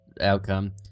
outcome